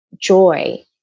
joy